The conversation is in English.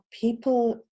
people